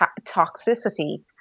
toxicity